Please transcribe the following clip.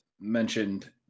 mentioned